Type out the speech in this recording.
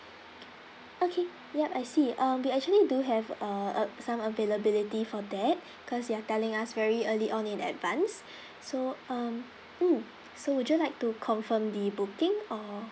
okay yup I see um we actually do have a a some availability for that cause you are telling us very early on in advance so um mm so would you like to confirm the booking or